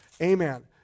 amen